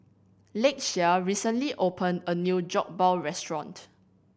Lakeshia recently opened a new Jokbal restaurant